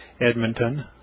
Edmonton